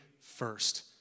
first